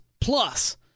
plus